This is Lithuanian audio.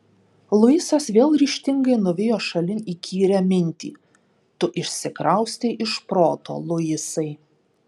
luisas vėl ryžtingai nuvijo šalin įkyrią mintį tu išsikraustei iš proto luisai